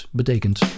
betekent